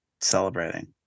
Celebrating